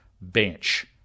bench